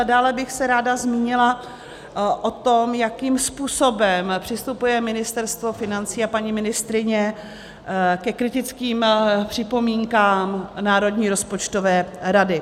Dále bych se ráda zmínila o tom, jakým způsobem přistupuje Ministerstvo financí a paní ministryně ke kritickým připomínkám Národní rozpočtové rady.